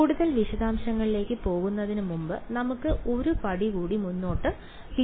കൂടുതൽ വിശദാംശങ്ങളിലേക്ക് പോകുന്നതിന് മുമ്പ് നമുക്ക് ഒരു പടി കൂടി പിന്നോട്ട് പോകാം